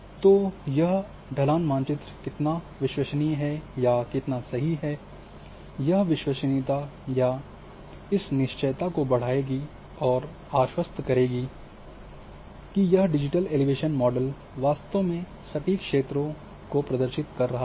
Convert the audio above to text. तो यह ढलान मानचित्र कितना विश्वसनीय है या कितना सही है यह विश्वसनीयता या इस निश्चय को बढ़ाया और आश्वस्त करेगी कि यह डिजिटल एलिवेशन मॉडल वास्तव में सटीक क्षेत्रों प्रदर्शित कर रहा है